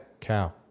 cow